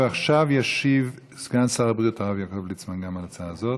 עכשיו ישיב סגן שר הבריאות הרב יעקב ליצמן גם על ההצעה הזאת.